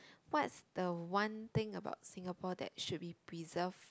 what's the one thing about Singapore that should be preserve